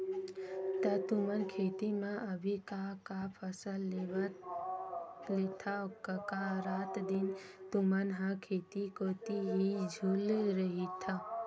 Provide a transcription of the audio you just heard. त तुमन खेत म अभी का का फसल लेथव कका रात दिन तुमन ह खेत कोती ही झुले रहिथव?